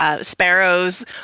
Sparrows